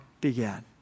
began